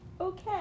okay